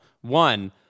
One